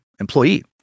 employee